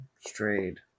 Strayed